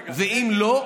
ואם לא,